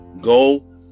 Go